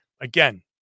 Again